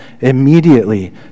immediately